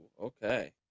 Okay